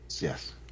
yes